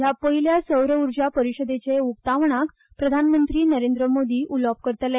हे पयले सौर उर्जा परिषदेचे उक्तावणाक प्रधानमंत्री नरेंद्र मोदी उलोवप करतले